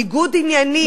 ניגוד עניינים,